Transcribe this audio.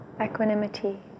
equanimity